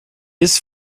his